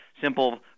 simple